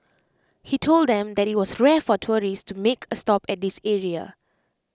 he told them that IT was rare for tourists to make A stop at this area